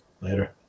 later